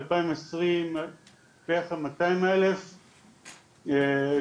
ב-2020 בערך 200 אלף עצים.